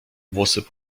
włosy